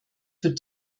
für